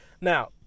Now